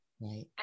Right